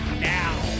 now